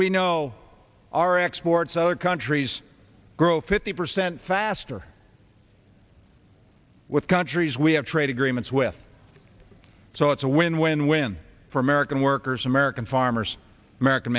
we know our exports other countries grow fifty percent faster with countries we have trade agreements with so it's a win win win for american workers american farmers american